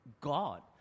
God